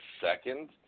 second